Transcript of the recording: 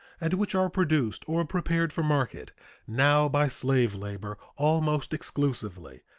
and which are produced or prepared for market now by slave labor almost exclusively,